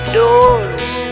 doors